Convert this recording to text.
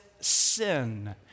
sin